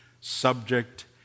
subject